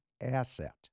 asset